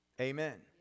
Amen